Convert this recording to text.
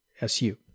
S-U